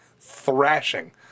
thrashing